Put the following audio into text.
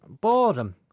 boredom